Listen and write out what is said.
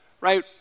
right